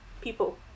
people